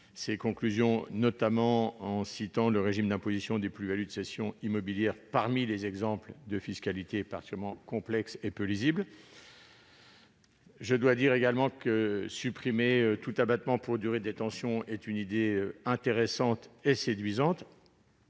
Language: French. Ses conclusions, rendues en 2015, citaient le régime d'imposition des plus-values de cessions immobilières parmi les exemples de fiscalité particulièrement complexe et peu lisible. Il me faut aussi convenir que supprimer tout abattement pour durée de détention est une idée intéressante et séduisante.